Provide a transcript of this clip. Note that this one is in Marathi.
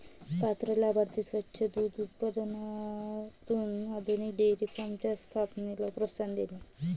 पात्र लाभार्थी स्वच्छ दूध उत्पादनासाठी आधुनिक डेअरी फार्मच्या स्थापनेला प्रोत्साहन देणे